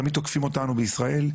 תמיד תוקפים אותנו בישראל,